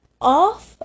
off